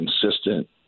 consistent